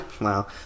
Wow